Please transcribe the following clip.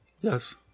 Yes